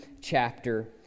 chapter